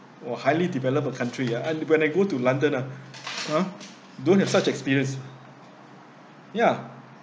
!wah! highly developed country ah and when I go to london ah ha don't have such experience ya